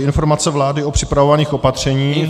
Informace vlády o připravovaných opatřeních...